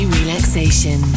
relaxation